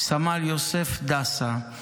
סמל יוסף דסה,